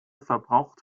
verbraucht